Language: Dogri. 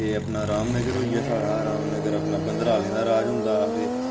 ते अपना रामनगर होई गेआ साढ़ा रामनगर अपना बंदरालें दा राज होंदा आखदे